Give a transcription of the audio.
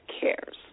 cares